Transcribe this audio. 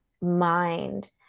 mind